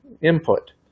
input